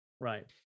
right